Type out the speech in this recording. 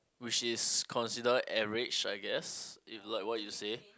which is consider average I guess if like what you say